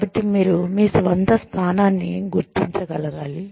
కాబట్టి మీరు మీ స్వంత స్థానాన్ని గుర్తించగలగాలి